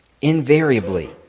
invariably